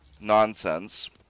nonsense